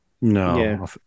No